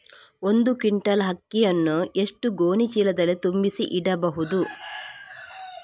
ಒಂದು ಕ್ವಿಂಟಾಲ್ ಅಕ್ಕಿಯನ್ನು ಎಷ್ಟು ಗೋಣಿಚೀಲದಲ್ಲಿ ತುಂಬಿಸಿ ಇಡಬಹುದು?